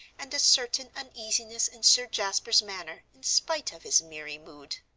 and a certain uneasiness in sir jasper's manner in spite of his merry mood.